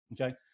okay